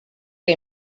que